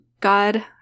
God